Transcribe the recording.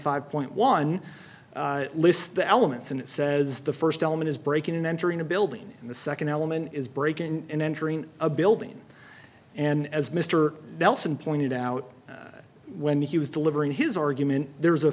five point one list the elements and it says the first element is breaking and entering a building and the second element is breaking and entering a building and as mr nelson pointed out when he was delivering his argument there was a